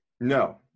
No